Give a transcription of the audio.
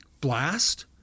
blast